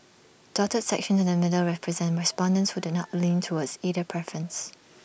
dotted sections in the middle represent respondents who did not lean towards either preference